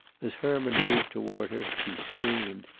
as herman moved toward her she screamed.